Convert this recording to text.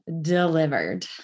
delivered